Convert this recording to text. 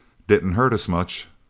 didn't hurt us much.